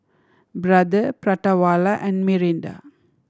Brother Prata Wala and Mirinda